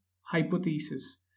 Hypothesis